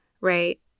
right